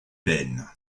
peine